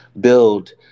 build